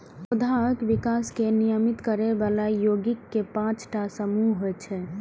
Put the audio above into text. पौधाक विकास कें नियमित करै बला यौगिक के पांच टा समूह होइ छै